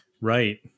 Right